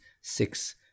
six